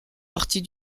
partie